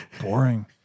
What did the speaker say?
boring